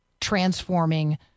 transforming